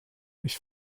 ich